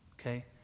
Okay